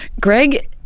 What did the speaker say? Greg